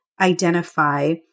identify